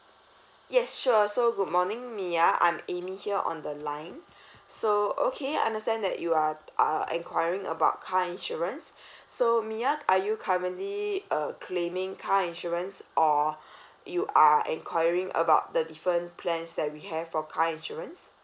yes sure so good morning mya I'm amy here on the line so okay understand that you are uh enquiring about car insurance so mya are you currently uh claiming car insurance or you are enquiring about the different plans that we have for car insurance